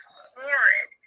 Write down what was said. horrid